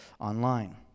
online